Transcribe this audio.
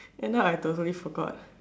end up I totally forgot